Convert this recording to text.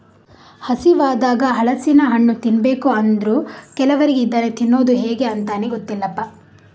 ಹಸಿವಾದಾಗ ಹಲಸಿನ ಹಣ್ಣು ತಿನ್ಬೇಕು ಅಂದ್ರೂ ಕೆಲವರಿಗೆ ಇದನ್ನ ತಿನ್ನುದು ಹೇಗೆ ಅಂತಾನೇ ಗೊತ್ತಿಲ್ಲಪ್ಪ